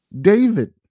David